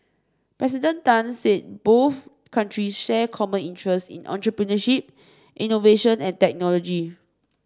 President Tan said both countries share common interests in entrepreneurship innovation and technology